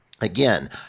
Again